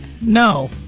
no